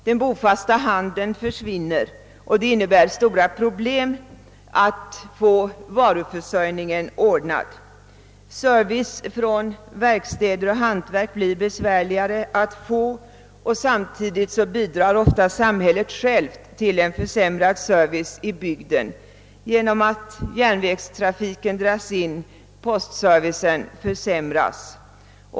Den bofasta handeln försvinner, och det innebär stora problem att få varuförsörjningen ordnad. Service från verkstäder och hantverk blir besvärligare att erhålla. Samtidigt bidrar ofta samhället självt till en försämrad service i bygden genom att järnvägslinjer dras in och postservicen försämras.